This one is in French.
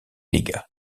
dégâts